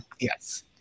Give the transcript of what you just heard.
Yes